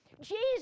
Jesus